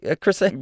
Chris